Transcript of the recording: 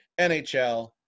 NHL